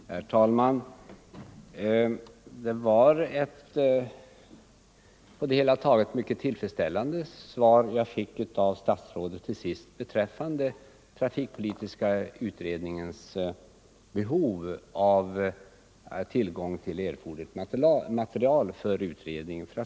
Herr talman! Det var ett på det hela taget tillfredsställande svar som jag till sist fick av statsrådet beträffande trafikpolitiska utredningens behov av tillgång till erforderligt material.